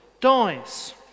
dies